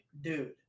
dude